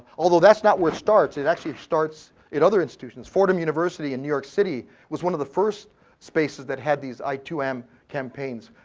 although that's not where it starts. it actually starts in other institutions. fordham university in new york city was one of the first spaces that had these i too am campaigns.